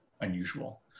unusual